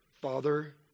father